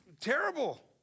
terrible